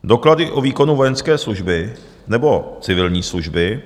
doklady o výkonu vojenské služby nebo civilní služby;